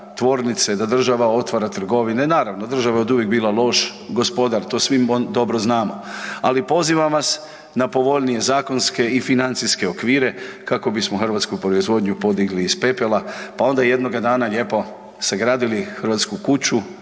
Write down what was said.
da država otvara trgovine, naravno država je oduvijek bila loš gospodar, to svi dobro znamo, ali pozivam vas na povoljnije zakonske i financijske okvire kako bismo hrvatsku proizvodnju podigli iz pepela, pa onda jednoga dana lijepo sagradili hrvatsku kuću